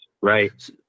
right